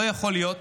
לא יכול להיות